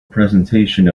presentation